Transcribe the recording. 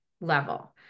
level